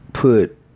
Put